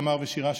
תמר ושירה,